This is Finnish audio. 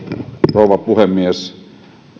rouva puhemies kun